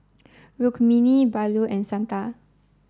Rukmini Bellur and Santha